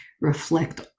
reflect